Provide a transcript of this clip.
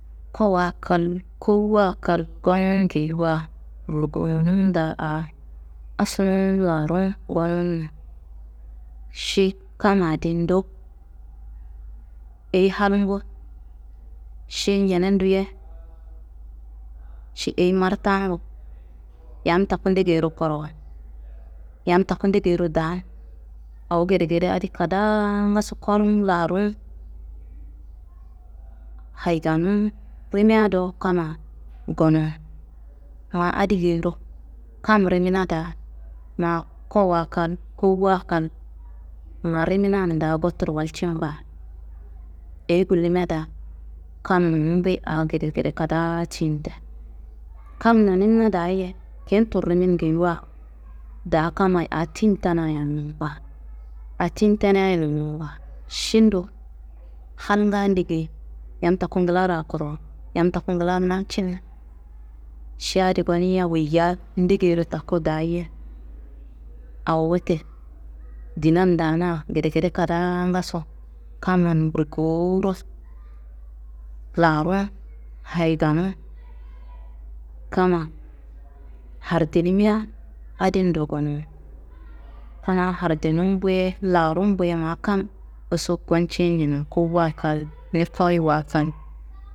Koawa kal, kowuwa kal gonun geyiwa. Burgonun da a asunun larun gonun. Ši kammadi ndu, eyi halngu? Ši ñene nduye? Ši eyi martangu? Yam taku degeyiro kurowo? Yam taku degeyiro daan? Awo gedegede adi kadaa ngaso korum larun, hayiganun rimiya do kamma gonun. Ma adi geyiro, kam rimina daa ma koawa kal, kowuwa kal lariminan da gotturo walcin ba, eyi gullima da kam nonumbuyi a gedege kadaa tiyin te. Kam nonimina daye kintun rimin geyiwa da kammayi a tiyin tenaya nonum ba, a tiyi tenaye nonum ba, ši ndu? Halnga degeyi? Yam taku nglara kuro? Yam taku nglan namciniye, ši adi goniya woya degeyiro taku dayen. Awo wote, dinan daana gedegede kadaa ngaso, kamman burgowuro laru n, hayiganu n, kamma hardinima adin do gonun. Kuna hardinumbu ye larumbu ye ma kam usu gocin njina kowuwa kal, ni koyiwa kal.